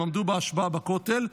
הם עמדו בהשבעה בכותל,